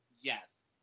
yes